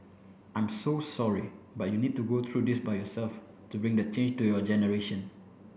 I'm so sorry but you need to go through this by yourself to bring the change to your generation